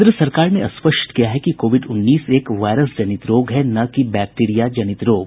केन्द्र सरकार ने स्पष्ट किया है कि कोविड उन्नीस एक वायरस जनित रोग है न कि बैक्टीरिया जनित रोग